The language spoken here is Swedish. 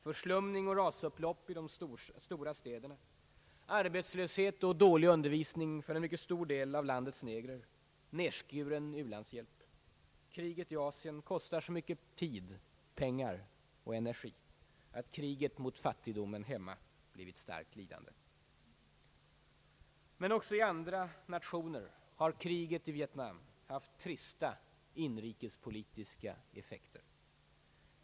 Förslumning och rasupplopp i de stora städerna, arbetslöshet och dålig undervisning för en mycket stor del av landets negrer, nedskuren u-landshjälp — kriget i Asien kostar så mycket tid, pengar och energi att kriget mot fattigdomen hemma blivit starkt lidande. Också i andra nationer har kriget i Vietnam haft trista inrikespolitiska effekter.